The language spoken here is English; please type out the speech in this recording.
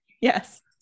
yes